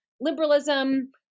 liberalism